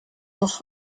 noch